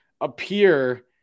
appear